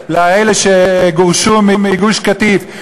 לעשות דירות לאלה שגורשו מגוש-קטיף.